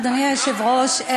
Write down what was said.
אדוני היושב-ראש,